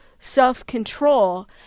self-control